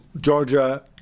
Georgia